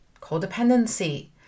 codependency